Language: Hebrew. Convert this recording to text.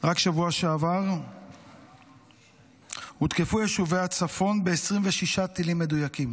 רק בשבוע שעבר הותקפו יישובי הצפון ב-26 טילים מדויקים,